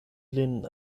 lin